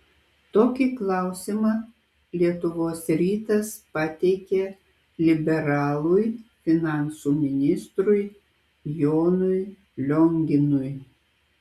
tokį klausimą lietuvos rytas pateikė liberalui finansų ministrui jonui lionginui